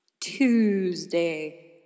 Tuesday